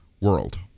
world